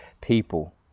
people